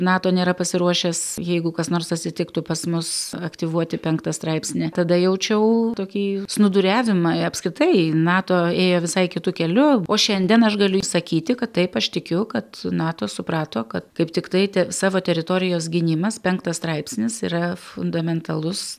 nato nėra pasiruošęs jeigu kas nors atsitiktų pas mus aktyvuoti penktą straipsnį tada jaučiau tokį snūduriavimą apskritai nato ėjo visai kitu keliu o šiandien aš galiu sakyti kad taip aš tikiu kad nato suprato kad kaip tiktai savo teritorijos gynimas penktas straipsnis yra fundamentalus